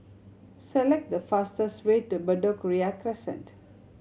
select the fastest way to Bedok Ria Crescent